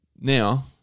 Now